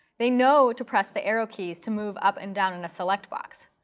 they know to press the arrow keys to move up and down in a select box.